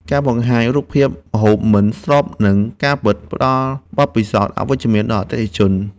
ការបង្ហាញរូបភាពម្ហូបមិនស្របនឹងការពិត ផ្ដល់បទពិសោធន៍អវិជ្ជមានដល់អតិថិជន។